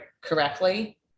correctly